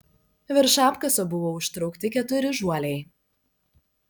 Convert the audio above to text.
virš apkaso buvo užtraukti keturi žuoliai